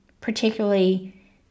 particularly